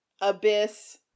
abyss